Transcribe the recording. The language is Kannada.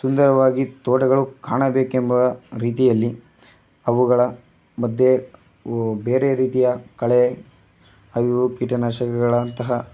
ಸುಂದರವಾಗಿ ತೋಟಗಳು ಕಾಣಬೇಕೆಂಬ ರೀತಿಯಲ್ಲಿ ಅವುಗಳ ಮಧ್ಯೆ ಬೇರೆ ರೀತಿಯ ಕಳೆ ಅವು ಕೀಟನಾಶಕಗಳಂತಹ